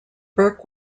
burke